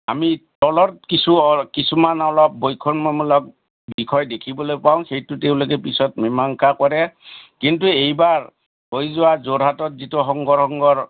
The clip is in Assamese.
আমি তলত কিছু কিছুমান অলপ বৈষম্যমূলক বিষয় দেখিবলৈ পাওঁ সেইটো তেওঁলোকে পিছত মীমাংসা কৰে কিন্তু এইবাৰ হৈ যোৱা যোৰহাটত যিটো শংকৰ সংঘৰ